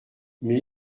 mais